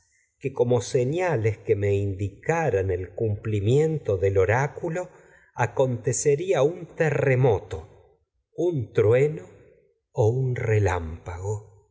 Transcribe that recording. señales que me un indicaran el cumplimiento trueno o un oráculo acontecería terremoto no un relámpago